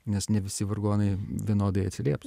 nes ne visi vargonai vienodai atsilieps